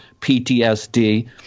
PTSD